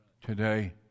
today